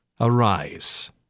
arise